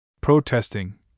Protesting